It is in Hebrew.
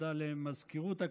תודה למזכירות הכנסת,